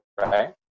right